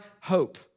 hope